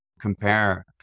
compare